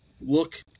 look